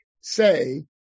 say